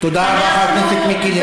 תודה רבה, חבר הכנסת מיקי לוי.